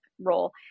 role